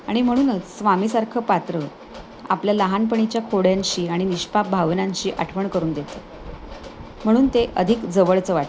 आणि म्हणूनच स्वामीसारखं पात्र आपल्या लहानपणीच्या खोड्यांची आणि निष्पाप भावनांची आठवण करून देतं म्हणून ते अधिक जवळचं वाटतं